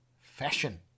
fashion